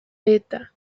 beta